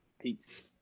Peace